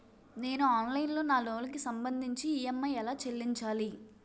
నేను ఆన్లైన్ లో నా లోన్ కి సంభందించి ఈ.ఎం.ఐ ఎలా చెల్లించాలి?